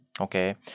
okay